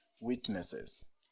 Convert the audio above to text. witnesses